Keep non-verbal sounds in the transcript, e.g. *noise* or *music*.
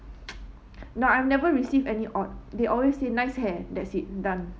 *noise* no I've never received any odd they always say nice hair that's it done